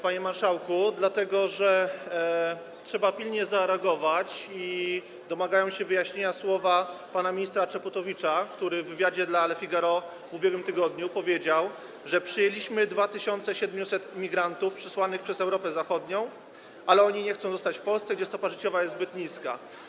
Panie marszałku, trzeba pilnie zareagować, bowiem domagają się wyjaśnienia słowa pana ministra Czaputowicza, który w wywiadzie dla „Le Figaro” w ubiegłym tygodniu powiedział, że przyjęliśmy 2700 imigrantów przysłanych przez Europę Zachodnią, ale oni nie chcą zostać w Polsce, gdzie stopa życiowa jest zbyt niska.